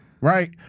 Right